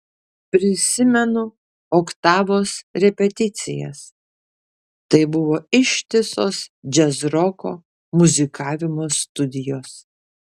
prisimenu oktavos repeticijas tai buvo ištisos džiazroko muzikavimo studijos